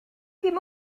ddim